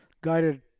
guided